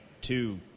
two